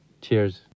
Cheers